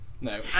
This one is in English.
No